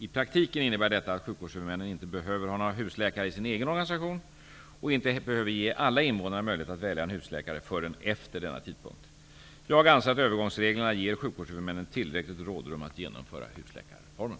I praktiken innebär detta att sjukvårdshuvudmännen inte behöver ha några husläkare i sin egen organisation och inte behöver ge alla invånare möjlighet att välja en husläkare förrän efter denna tidpunkt. Jag anser att övergångsreglerna ger sjukvårdshuvudmännen tillräckligt rådrum att genomföra husläkarreformen.